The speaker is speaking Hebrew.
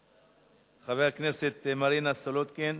של חבר הכנסת אריה ביבי וקבוצת חברים,